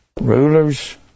rulers